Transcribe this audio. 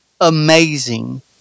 amazing